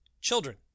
children